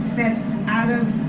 that's out of